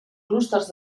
clústers